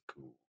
cool